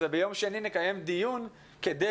הדבר המרכזי שדיברנו עליו כמובן היה